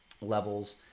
levels